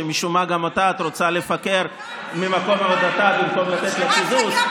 שמשום מה גם אותה את רוצה לפטר ממקום עבודתה במקום לתת לה קיזוז,